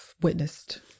witnessed